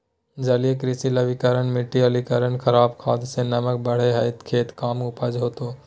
जलीय कृषि लवणीकरण मिटी अम्लीकरण खराब खाद से नमक बढ़े हइ खेत कम उपज होतो